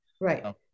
right